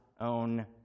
own